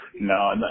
No